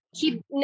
keep